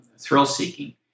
thrill-seeking